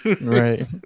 Right